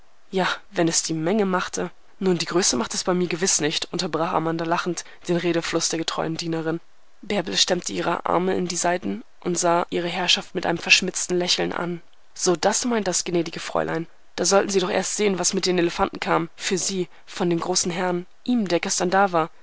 ja wenn es die menge machte nun die größe macht es bei mir gewiß nicht unterbrach amanda lachend den redefluß der getreuen dienerin bärbele stemmte ihre arme in die seiten und sah ihre herrschaft mit einem verschmitzten lächeln an so das meint das gnädige fräulein da sollten sie doch erst sehen was mit den elefanten kam für sie von dem großen herrn ihm der gestern da war